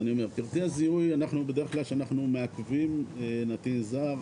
בדרך כלל כשאנחנו מעכבים נתין זר,